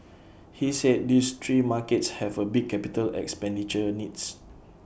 he said these three markets have A big capital expenditure needs